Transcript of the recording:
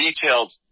detailed